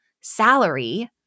salary